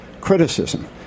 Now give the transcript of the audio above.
criticism